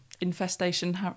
infestation